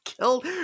killed-